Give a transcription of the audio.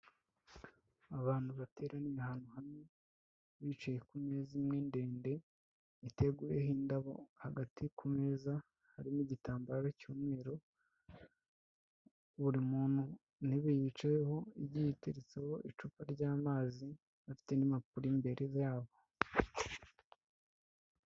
Abantu bateranira ahantu hamwe, bicaye ku meza imwe ndende, iteguyeho indabo, hagati ku meza harimo igitambaro cy'umweru. Buri muntu intebe yicayeho igiye iteretseho icupa ry'amazi, bafite n'imimpapuro imbere yabo.